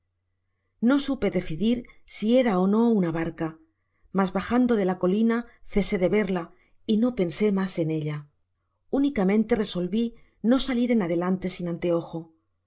no supe decidir si era ó no una barca mas bajando de la colina cesé de verla y no pensé mas en ella únicamente resolví no salir en adelante sin anteojo